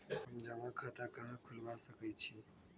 हम जमा खाता कहां खुलवा सकई छी?